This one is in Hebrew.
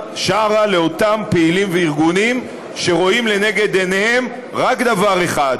לאותם פעילים וארגונים שרואים לנגד עיניהם רק דבר אחד: